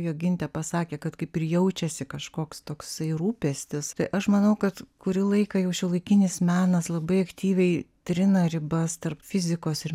jogintė pasakė kad kaip ir jaučiasi kažkoks toksai rūpestis tai aš manau kad kurį laiką jau šiuolaikinis menas labai aktyviai trina ribas tarp fizikos ir